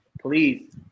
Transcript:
Please